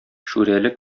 шүрәле